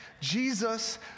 Jesus